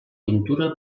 tintura